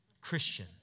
Christian